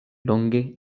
longe